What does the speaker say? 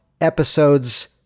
episodes